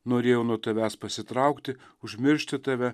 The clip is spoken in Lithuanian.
norėjau nuo tavęs pasitraukti užmiršti tave